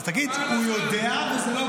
אז חבל על הזמן.